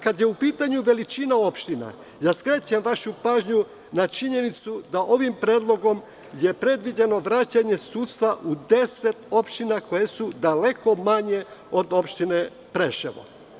Kada je u pitanju veličina opština, skrećem vašu pažnju na činjenicu da ovim predlogom je predviđeno vraćanje sudstva u deset opština koje su daleko manje od opštine Preševo.